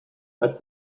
but